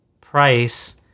price